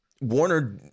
Warner